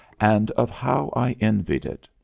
and of how i envied it.